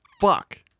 Fuck